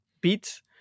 beats